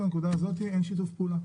אבל בנקודה הזאת אין שיתוף פעולה.